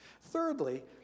Thirdly